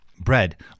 bread